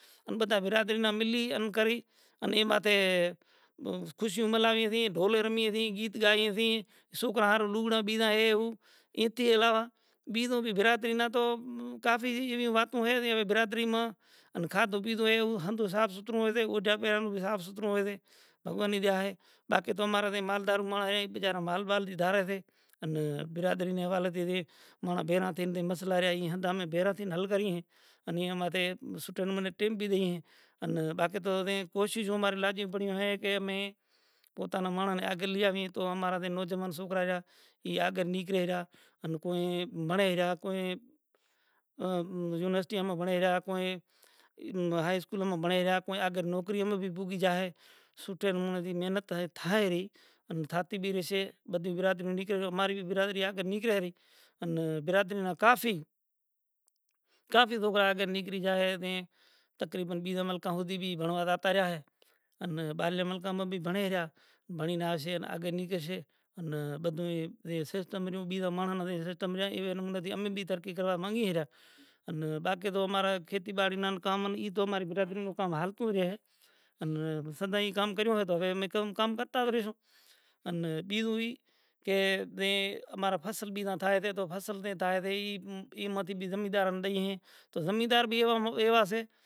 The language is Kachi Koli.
انا برادری ما ملین انے ایما تے خوشیوں ملاوے سے، ڈھول رمیئے سے، گیت گائیے سے، سوکرا ھارو لوگھراں بیجا ھے وں ایتے علاوہ بیجو بھی برادری نا توں کافی ایوی ایوی واتوں ھے تے برادری ما ان کھاتو پیدھو ھے ایووں ھندو صاف ستھرو ھوئے سے۔ اوٹا بھی صاف ستھرو ھوئے سے۔ بھگوان نی دَیا ھے باقی تو امارا تھا مالدار ماڑاں ھے اک بیجا نو مال وال دیدھارے سے۔ ان برادری نی ھوالے دیدھی ماڑاں بھیرا تھین تھین مسئلہ رہیا ھندہ امی بھیرا تھین ہل کریئے ھے۔ ان ایاں ماتے سوٹھا نو منو ٹئم بھی نہیں ھے۔ ان باقی تو اویں کوششوں ماری لاجی پڑیوں ھے کہ امے پوتا نا ماڑن نے آگل لیا آویئے تو امارا تے جوان سوکرا رہیا ایاّں آگڑ نگرے را انے کوئے بھنڑے رہیا کوئی یونیورسٹی ما بھنڑے رہیا، کوئے ہائے اسکول ما بھنڑے رہیا، کوئے آگڑ نوکری موں بھی بھوگی جائے۔ سوٹھے نمڑاں تھی محنت تہ تھائے ری ان تھاتھی بھی رہشے۔ بدھی برادری موں نگرے تو اماری بھی برادری آگے نگرے ری۔ ان برادری نا کافی، کافی سوکرا آگل نگری جائے نے تقریباً بیجا مُلکاں ھودی بھی بھنڑوا جاتا رہیا ھے۔ ان باھر مَلکاں ماں بھی بھنڑے رہیا۔ بھنڑین آوشے آگل نگشے۔ ان بدھوئے وی سسٹم رہیو بیجا ماڑاں نا سسٹم رہیا اوی نمرے تھی امے بھی ترقی کروا مانگے رہیا ان باقی تو امارا کھیتی باڑی نا ان کام ای تو اماری برادری نو کام ھلتو رہے ھے انا صدائے کام کریو ھے تو ھوے ھم کام کرتا رہیشوں۔ ان بیجو ای کہ اے امارا فصل بھی نہ تھائے تے تو فصل تھے تھائے تی ایما تھے زمینداروں نے دیئے ھیں۔ زمیندار بھی ایوا ایوا سے۔